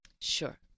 Sure